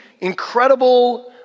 incredible